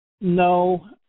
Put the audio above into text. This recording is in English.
No